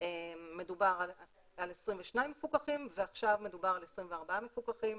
דובר על 22 מפוקחים ועכשיו מדובר על 24 מפוקחים.